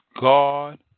God